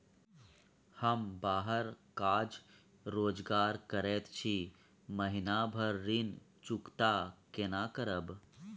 हम बाहर काज रोजगार करैत छी, महीना भर ऋण चुकता केना करब?